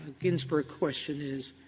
ginsburg's question is,